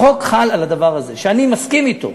החוק חל על הדבר הזה, ואני מסכים אתו.